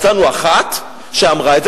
מצאנו אחת שאמרה את זה,